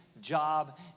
job